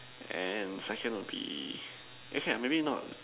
and second would be okay maybe not